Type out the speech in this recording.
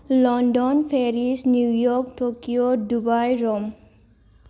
London Paris New York Tokyo Dubai Rome